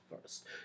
first